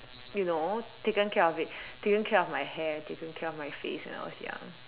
you know taken care of it taken care of my hair taken care of my face when I was young